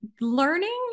learning